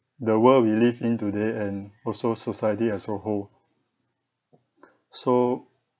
the world we live in today and also society as a whole so